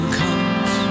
comes